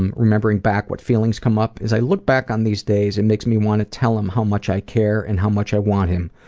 and remembering back, what feelings come up? as i look back on these days, it makes me want to tell him how much i care and how much i want him.